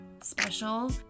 special